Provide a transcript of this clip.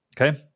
okay